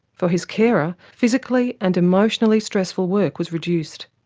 for his carer, physically and emotionally stressful work was reduced.